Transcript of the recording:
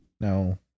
No